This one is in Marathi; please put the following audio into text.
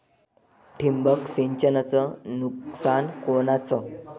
ठिबक सिंचनचं नुकसान कोनचं?